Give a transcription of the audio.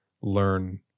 learn